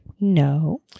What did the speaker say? no